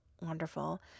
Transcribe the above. wonderful